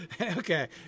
Okay